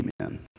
amen